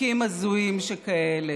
חוקים הזויים שכאלה.